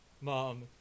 mom